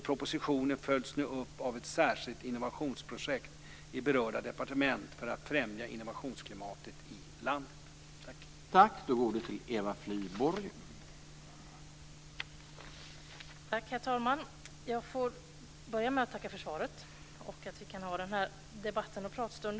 Propositionen följs nu upp av ett särskilt innovationsprojekt i berörda departement för att främja innovationsklimatet i landet.